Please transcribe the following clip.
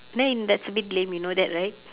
then that's a bit lame you know that right